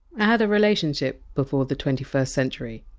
i had a relationship before the twenty first century.